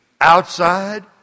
outside